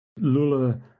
Lula